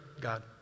God